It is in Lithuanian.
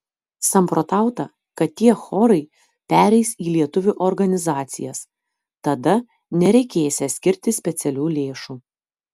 samprotauta kad tie chorai pereis į lietuvių organizacijas tada nereikėsią skirti specialių lėšų